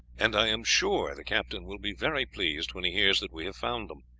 and i am sure the captain will be very pleased when he hears that we have found them.